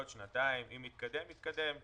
בעוד שנתיים אם יתקדם יתקדם,